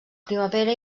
primavera